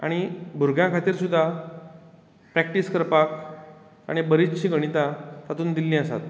आनी भुरग्यां खातीर सुद्दा प्रॅक्टीस करपाक आनी बरीचशीं गणितां तातूंत दिल्लीं आसात